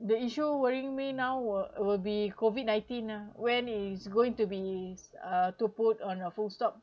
the issue worrying me now will will be COVID nineteen ah when it's going to be uh to put on a full stop